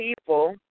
people